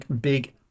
big